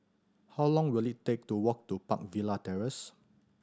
how long will it take to walk to Park Villa Terrace